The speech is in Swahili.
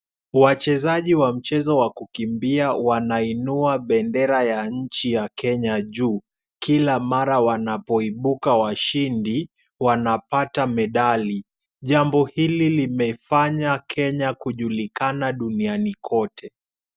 Wachezaji wa mchezo wa kukimbia wanainua bendera ya nchi ya Kenya juu kila mara wanapoibuka washindi wanapata medali. Jambo hili limefanya Kenya kujulikana duniani kote.